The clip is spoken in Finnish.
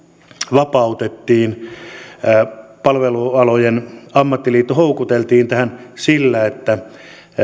vapautettiin palvelualojen ammattiliitto houkuteltiin tähän sillä että